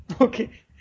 Okay